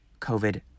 COVID